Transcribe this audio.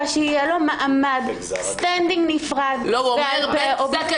שיהיה לו מעמד סטנדינג נפרד בעל פה או בכתב.